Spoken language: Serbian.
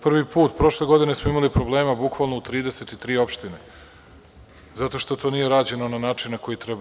Prošle godine smo imali problema bukvalno u 33 opštine, zato što to nije rađeno na način na koji treba.